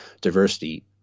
diversity